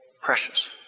Precious